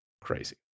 crazy